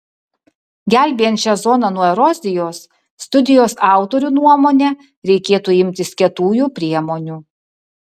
gelbėjant šią zoną nuo erozijos studijos autorių nuomone reikėtų imtis kietųjų priemonių